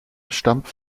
stammt